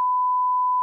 חברי